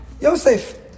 Yosef